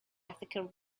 ethical